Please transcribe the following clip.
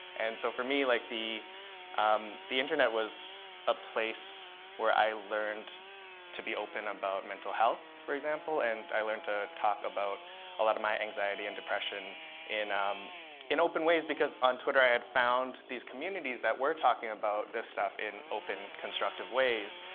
and so for me, like the um the internet was a place where i learned to be open about mental health, for example. and i learned to talk about a lot of my anxiety and depression in um in open ways. because on twitter, i had found these communities that were talking about this stuff in open, constructive ways.